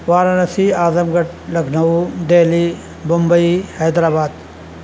Varanasi Azamgarh Lucknow Delhi Bombay Hyderabad